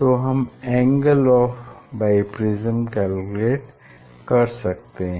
तो हम angle of biprism calculate कर सकते हैं